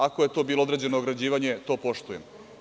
Ako je to bilo određeno ograđivanje, to poštujem.